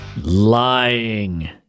Lying